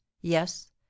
yes